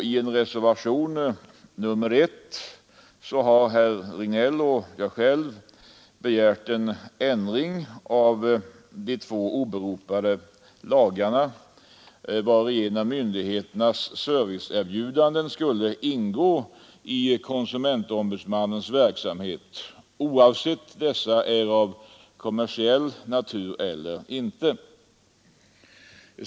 I reservationen 1 har herr Regnéll och jag begärt en ändring av de två nämnda lagarna, varigenom myndigheternas serviceerbjudanden skulle ingå i konsumentombudsmannens verksamhet oavsett om dessa är av kommersiell natur eller inte.